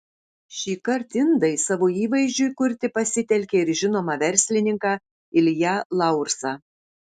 šįkart indai savo įvaizdžiui kurti pasitelkė ir žinomą verslininką ilją laursą